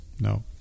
No